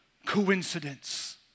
Coincidence